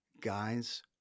guys